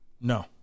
No